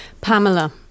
Pamela